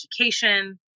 education